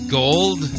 gold